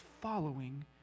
following